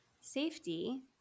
safety